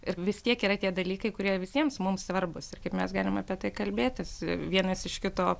ir vis tiek yra tie dalykai kurie visiems mums svarbūs ir kaip mes galim apie tai kalbėtis vienas iš kito